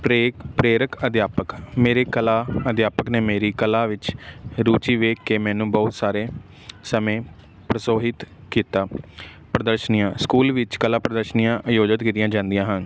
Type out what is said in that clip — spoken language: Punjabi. ਪਰੇਕ ਪ੍ਰੇਰਕ ਅਧਿਆਪਕ ਮੇਰੇ ਕਲਾ ਅਧਿਆਪਕ ਨੇ ਮੇਰੀ ਕਲਾ ਵਿੱਚ ਰੁਚੀ ਵੇਖ ਕੇ ਮੈਨੂੰ ਬਹੁਤ ਸਾਰੇ ਸਮੇਂ ਪ੍ਰੋਸਾਹਿਤ ਕੀਤਾ ਪ੍ਰਦਰਸ਼ਨੀਆਂ ਸਕੂਲ ਵਿੱਚ ਕਲਾ ਪ੍ਰਦਰਸ਼ਨੀਆਂ ਆਯੋਜਿਤ ਕੀਤੀਆਂ ਜਾਂਦੀਆਂ ਹਨ